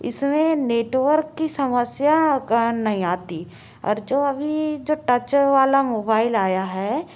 इसमें नेटवर्क की समस्या का नहीं आती और जो अभी जो टच वाला मोबाइल आया है